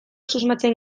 susmatzen